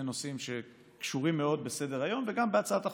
נושאים שקשורים מאוד לסדר-היום וגם להצעת החוק,